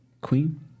Queen